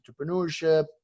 entrepreneurship